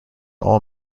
all